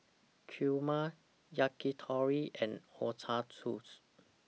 Kheema Yakitori and Ochazuke